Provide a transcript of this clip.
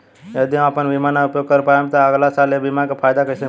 यदि हम आपन बीमा ना उपयोग कर पाएम त अगलासाल ए बीमा के फाइदा कइसे मिली?